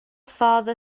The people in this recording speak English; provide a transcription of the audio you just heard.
father